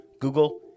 Google